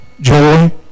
joy